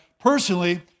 Personally